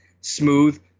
smooth